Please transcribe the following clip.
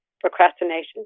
procrastination